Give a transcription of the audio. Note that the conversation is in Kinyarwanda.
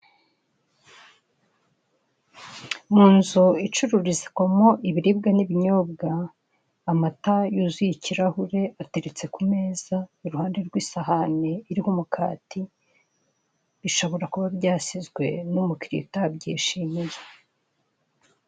Mu nzu icururizwamo ibiribwa n'ibinyobwa, amata yuzuye ikirahure ataretse ku meza, irihande rw'isahani iriho umukati, bishobora kuba byasizwe n'umukiriya utabyishimiye.